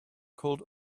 called